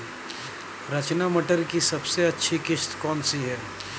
रचना मटर की सबसे अच्छी किश्त कौन सी है?